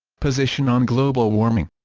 position on global warming